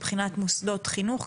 מבחינת מוסדות חינוך,